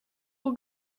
will